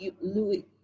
Louis